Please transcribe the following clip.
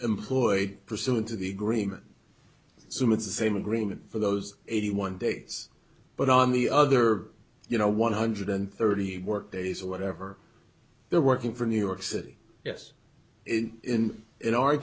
employed pursuant to the agreement so it's the same agreement for those eighty one days but on the other you know one hundred and thirty work days or whatever they're working for new york city yes in in